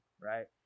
Right